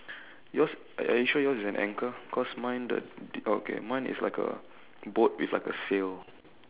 yours are are you sure yours is an anchor cause mine the okay mine is like a boat with like a sail